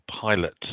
pilot